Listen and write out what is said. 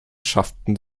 schafften